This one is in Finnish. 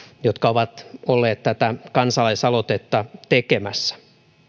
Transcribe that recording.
jotka ovat olleet tätä kansalaisaloitetta tekemässä